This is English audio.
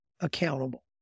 accountable